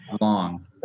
long